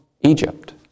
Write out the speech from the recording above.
Egypt